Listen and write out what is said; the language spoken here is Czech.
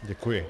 Děkuji.